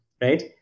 right